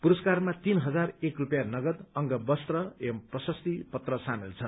पुरस्कारमा तीन हजार एक रुपियाँ नगद अंगवस्त्र एवं प्रशस्ती पत्र सामेल छन्